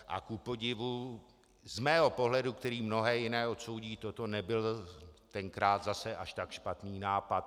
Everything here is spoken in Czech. A kupodivu z mého pohledu, který mnohé jiné odsoudí, toto nebyl tenkrát zase až tak špatný nápad.